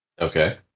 Okay